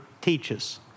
teaches